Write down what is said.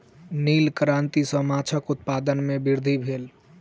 नील क्रांति सॅ माछक उत्पादन में वृद्धि भेल